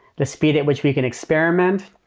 the speed at which we can experiment.